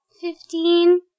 Fifteen